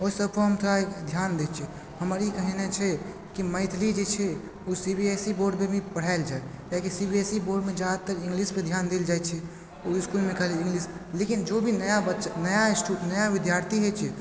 ओइ सबपर हम थोड़ा ध्यान दै छियै हमर ई कहने छै कि मैथिली जे छै ओ सी बी एस इ बोर्डमे भी पढ़ायल जाइ किएक कि सी बी एस ई बोर्डमे जादातर इंग्लिश पर ध्यान देल जाइ छै ओ इसकुलमे खाली इंग्लिश लेकिन जो भी नया बच्चा नया स्टु नया विद्यार्थी होइ छै